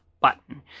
button